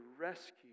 rescue